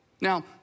Now